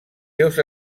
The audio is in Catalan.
seus